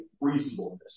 reasonableness